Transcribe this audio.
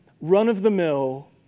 run-of-the-mill